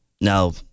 Now